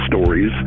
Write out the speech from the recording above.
stories